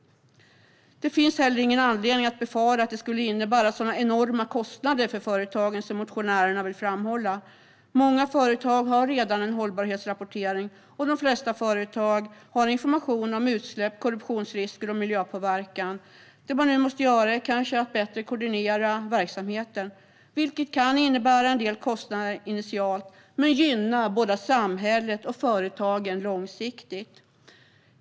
Det finns heller ingen anledning att befara att det skulle innebära sådana enorma kostnader för företagen som motionärerna vill framhålla. Många företag har redan en hållbarhetsrapportering, och de flesta företag har information om utsläpp, korruptionsrisker och miljöpåverkan. Det man nu måste göra är kanske att bättre koordinera verksamheten, vilket kan innebära en del kostnader initialt men gynna både samhället och företagen långsiktigt.